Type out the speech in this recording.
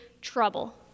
trouble